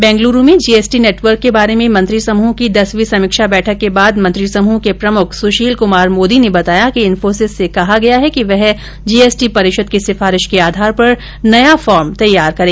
बेंगलुरु में G S T network के बारे में मंत्री समूह की दसवीं समीक्षा बैठक के बाद मंत्री समूह के प्रमुख सुशील कुमार मोदी ने बताया कि इंफोसिस से कहा गया है कि वह जी एस टी परिषद की सिफारिश के आधार पर नया फॉर्म तैयार करे